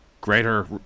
Greater